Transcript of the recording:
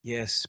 Yes